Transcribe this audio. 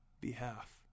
behalf